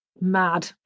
mad